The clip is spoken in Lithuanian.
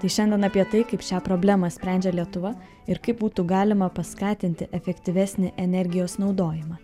tai šiandien apie tai kaip šią problemą sprendžia lietuva ir kaip būtų galima paskatinti efektyvesnį energijos naudojimą